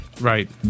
Right